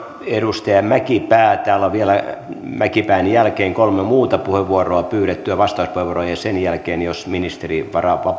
edustaja mäkipää täällä on vielä mäkipään jälkeen kolme muuta pyydettyä vastauspuheenvuoroa ja ja sen jälkeen jos ministeri